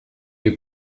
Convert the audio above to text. you